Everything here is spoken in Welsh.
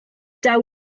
daw